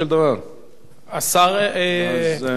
אתה התבקשת להשיב?